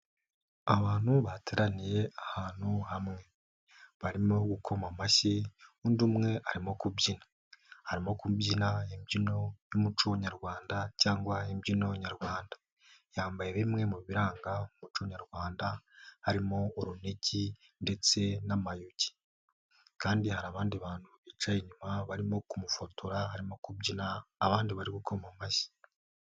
Abantu bateraniye ahantu hamwe barimo gukoma amashyi, undi umwe arimo kubyina. Arimo kubyina imbyino y'umuco nyarwanda cyangwa imbyino nyarwanda. Yambaye bimwe mu biranga umuco nyarwanda, harimo urunigi ndetse n'amayugi kandi hari abandi bantu bicaye inyuma. Barimo kumufotora arimo kubyina abandi bari gukoma amashyi.